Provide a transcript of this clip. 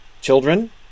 children